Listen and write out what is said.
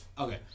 Okay